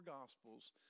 gospels